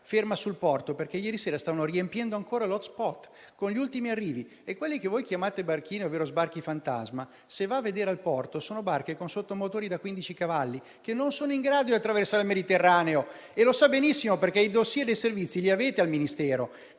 ferma al porto, perché ieri sera stavano riempiendo ancora l'*hotspot* con gli ultimi arrivi. E quelli che voi chiamate «barchino», ovvero sbarchi fantasma, se lei va al porto, vedrà che sono barche con motori da 15 cavalli che non sono in grado di attraversare il Mediterraneo. Ma lei lo sa benissimo, perché i *dossier* dei Servizi li avete al Ministero: